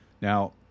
Now